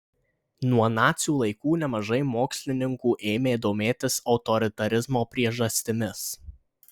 nuo nacių laikų nemažai mokslininkų ėmė domėtis autoritarizmo priežastimis